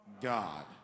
God